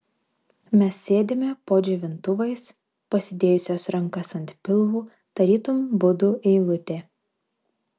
mes sėdime po džiovintuvais pasidėjusios rankas ant pilvų tarytum budų eilutė